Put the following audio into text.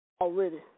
Already